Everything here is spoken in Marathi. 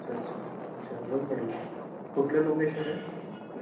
अच्छा अच्छा अच्छा होऊन जाईल ना कुठलं लोकेशन आहे